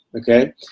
okay